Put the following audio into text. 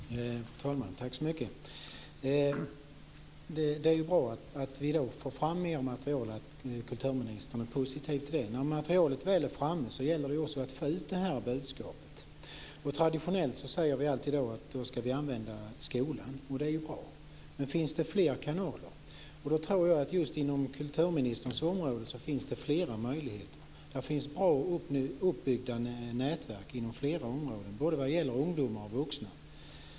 Fru talman! Det är bra att vi får fram mer material och att kulturministern är positiv till det. När materialet väl är framme gäller det också att få ut budskapet. Traditionellt säger vi då alltid att vi ska använda skolan, och det är bra, men finns det fler kanaler? Jag tror att det inom kulturministerns område finns flera möjligheter. Det finns väl utbyggda nätverk inom flera områden, både vad gäller ungdomar och vad gäller vuxna.